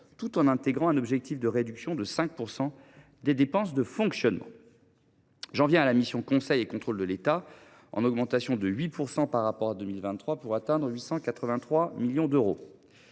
tout en intégrant un objectif de réduction de 5 % des dépenses de fonctionnement. J’en viens à la mission « Conseil et contrôle de l’État », en augmentation de 8 % par rapport à 2023, à 883 millions d’euros.